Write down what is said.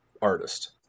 artist